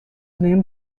named